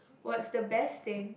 what's the best thing